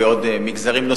בעוד מגזרים.